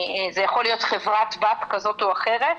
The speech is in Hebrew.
זה יכול להיות חברת בת כזאת או אחרת,